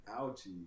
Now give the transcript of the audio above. Ouchie